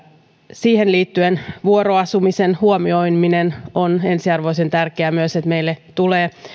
siihen liittyen vuoroasumisen huomioiminen on ensiarvoisen tärkeää myös että meille tulee